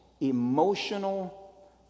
Emotional